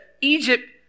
Egypt